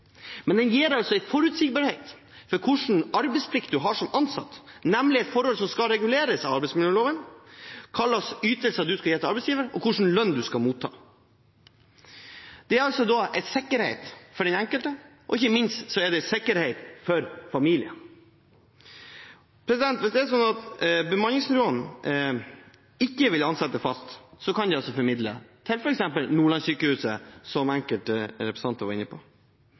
men den gir altså en forutsigbarhet for hvilken arbeidsplikt man har som ansatt, nemlig et forhold som skal reguleres av arbeidsmiljøloven, hvilke ytelser man skal gi til arbeidsgiveren, og hvilken lønn man skal motta. Det er altså en sikkerhet for den enkelte, og ikke minst er det en sikkerhet for familier. Hvis det er slik at bemanningsbyråene ikke vil ansette fast, kan de altså formidle, til f.eks. Nordlandssykehuset, som enkelte representanter har vært inne på.